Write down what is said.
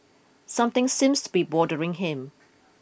something seems to be bothering him